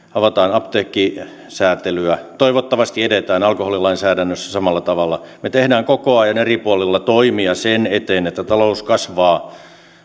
apteekkisäätelyä toivottavasti edetään alkoholilainsäädännössä samalla tavalla me teemme koko ajan eri puolilla toimia sen eteen että talous kasvaa